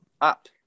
up